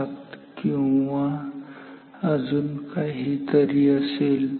707 किंवा अजून काही तरी असेल